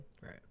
Right